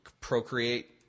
procreate